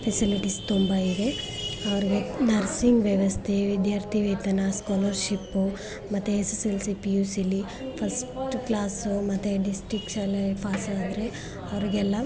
facilities ತುಂಬ ಇದೆ ಅವ್ರಿಗೆ ನರ್ಸಿಂಗ್ ವ್ಯವಸ್ಥೆ ವಿದ್ಯಾರ್ಥಿವೇತನ ಸ್ಕಾಲರ್ಶಿಪ್ಪು ಮತ್ತು S S L C P U ಸಿಲಿ ಫಸ್ಟ್ ಕ್ಲಾಸು ಮತ್ತು ಡಿಸ್ಟಿಕ್ಷನಲ್ಲಿ ಪಾಸಾದರೆ ಅವ್ರಿಗೆಲ್ಲ